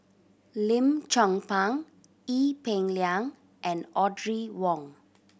Lim Chong Pang Ee Peng Liang and Audrey Wong